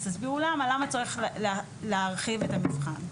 תסבירו למה למה צריך להרחיב את המבחן.